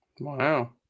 Wow